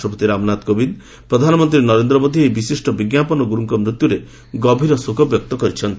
ରାଷ୍ଟ୍ରପତି ରାମନାଥ କୋବିନ୍ଦ ପ୍ରଧାନମନ୍ତ୍ରୀ ନରେନ୍ଦ୍ର ମୋଦି ଏହି ବିଶିଷ୍ଟ ବିଜ୍ଞାପନ ଗୁର୍ବଙ୍କ ମୃତ୍ୟୁରେ ଗଭୀର ଶୋକବ୍ୟକ୍ତ କରିଛନ୍ତି